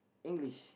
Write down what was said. English